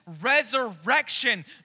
resurrection